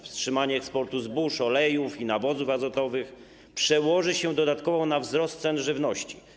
Wstrzymanie eksportu zbóż, olejów i nawozów azotowych przełoży się dodatkowo na wzrost cen żywności.